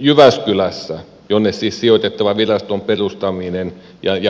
jyväskylään sijoitettavan viraston perustamisen pohjalta ja niin edelleen